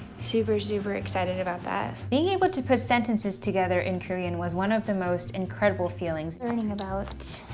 super, super excited about that. being able to put sentences together in korean was one of the most incredible feelings. learning about,